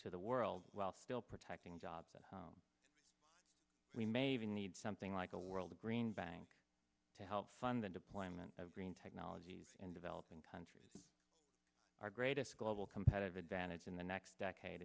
to the world while still protecting jobs that we may even need something like a world green bank to help fund the deployment of green technologies in developing countries our greatest global competitive advantage in the next decade